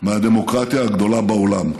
מהדמוקרטיה הגדולה בעולם.